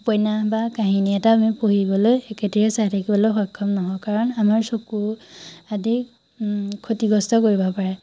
উপন্যাস বা কাহিনী এটা আমি পঢ়িবলৈ একেথিৰে চাই থাকিবলৈ সক্ষম নহওঁ কাৰণ আমাৰ চকু আদি ক্ষতিগ্ৰস্ত কৰিব পাৰে